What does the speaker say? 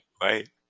right